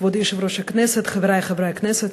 כבוד יושב-ראש הכנסת, חברי חברי הכנסת,